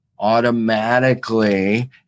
automatically